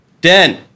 Den